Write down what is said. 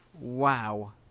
Wow